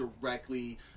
directly